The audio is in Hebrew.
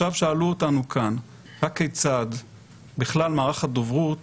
שאלו אותנו כאן הכיצד בכלל מערכת דוברות